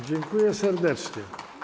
Dziękuję serdecznie.